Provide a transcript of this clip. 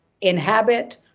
inhabit